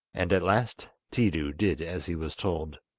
and at last tiidu did as he was told.